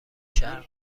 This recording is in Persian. شهر